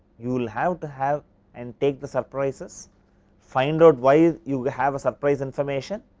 you will have to have and take the surprises find out why you have a surprise information.